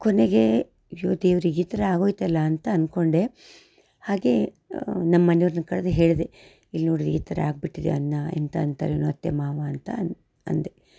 ಕೊನೆಗೆ ಅಯ್ಯೋ ದೇವರೆ ಈ ಥರ ಆಗೋಯಿತಲ್ಲ ಅಂತ ಅಂದ್ಕೊಂಡೆ ಹಾಗೇ ನಮ್ಮ ಮನೆಯವ್ರನ್ನ ಕರ್ದು ಹೇಳಿದೆ ಇಲ್ಲಿ ನೋಡಿರಿ ಈ ಥರ ಆಗಿಬಿಟ್ಟಿದೆ ಅನ್ನ ಎಂತ ಅಂತಾರೇನೋ ಅತ್ತೆ ಮಾವ ಅಂತ ಅಂದು ಅಂದೆ